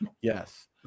Yes